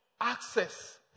access